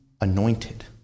anointed